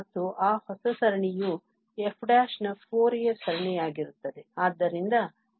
ಮತ್ತು ಆ ಹೊಸ ಸರಣಿಯು f ನ ಫೋರಿಯರ್ ಸರಣಿಯಾಗಿರುತ್ತದೆ